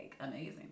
amazing